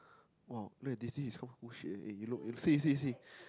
!wow! look at this this is all bullshit eh you look you see see see